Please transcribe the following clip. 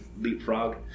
leapfrog